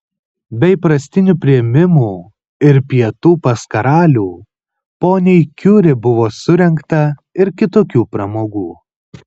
be įprastinių priėmimų ir pietų pas karalių poniai kiuri buvo surengta ir kitokių pramogų